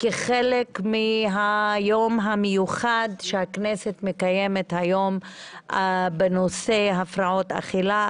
כחלק מהיום המיוחד שהכנסת מקיימת היום בנושא הפרעות אכילה,